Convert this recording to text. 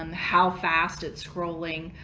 um how fast it's scrolling.